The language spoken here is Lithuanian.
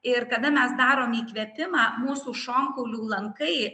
ir kada mes darom įkvėpimą mūsų šonkaulių lankai